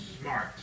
smart